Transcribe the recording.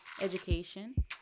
education